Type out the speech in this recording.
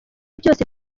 byose